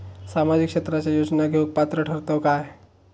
सामाजिक क्षेत्राच्या योजना घेवुक पात्र ठरतव काय?